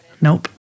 Nope